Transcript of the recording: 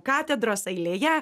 katedros eilėje